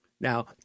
Now